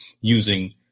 using